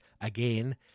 again